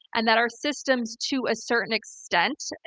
and that our systems, to a certain extent,